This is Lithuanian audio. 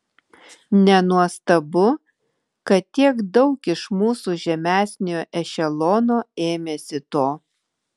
nenuostabu kad tiek daug iš mūsų žemesniojo ešelono ėmėsi to